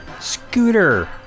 Scooter